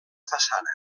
façana